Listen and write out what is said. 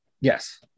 Yes